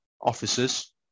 officers